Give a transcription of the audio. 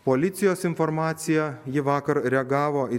policijos informacija ji vakar reagavo į